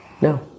No